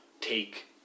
take